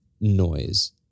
noise